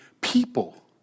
people